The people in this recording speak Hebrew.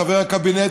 חבר הקבינט,